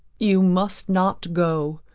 you must not go,